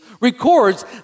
records